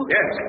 Yes